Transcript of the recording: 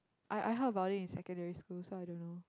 I I heard about it in secondary school so I don't know